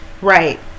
right